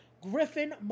Griffin